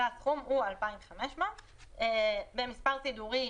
והסכום הוא 2,500. במס"ד (11),